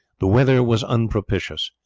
the weather was unpropitious,